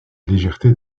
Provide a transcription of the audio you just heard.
légèreté